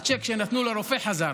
הצ'ק שנתנו לרופא חזר.